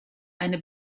eine